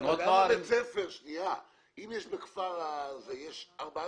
אם בכפר נוער יש ארבעה